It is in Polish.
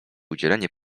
udzielanie